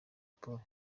polly